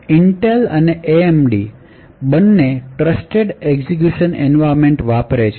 Intel અને AMD બન્ને trusted execution environment વાપરે છે